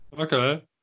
Okay